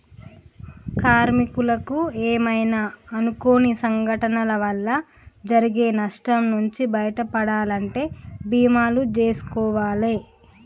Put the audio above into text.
కార్మికులకు ఏమైనా అనుకోని సంఘటనల వల్ల జరిగే నష్టం నుంచి బయటపడాలంటే బీమాలు జేసుకోవాలే